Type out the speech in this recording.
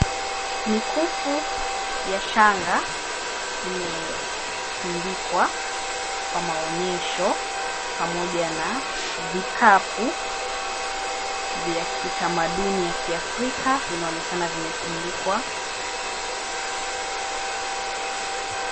Mikufu ya shanga imetundikwa kwa maonyesho pamoja na vikapu vya kitamaduni ya kiafrika vinaonekana vimetundikwa.